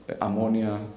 ammonia